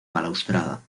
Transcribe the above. balaustrada